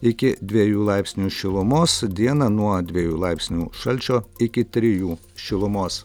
iki dviejų laipsnių šilumos dieną nuo dviejų laipsnių šalčio iki trijų šilumos